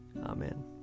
Amen